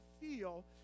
feel